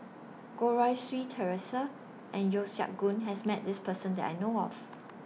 Goh Rui Si Theresa and Yeo Siak Goon has Met This Person that I know of